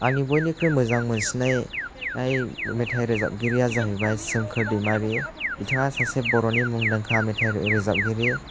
आंनि बयनिख्रुइ मोजांसिननाय मेथाइ रोजाबगिरिया जाहैबाय सोमखोर दैमारि बिथाङा सासे बर'नि मुंदांखा मेथाइ रोजाबगिरि